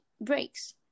breaks